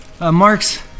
Mark's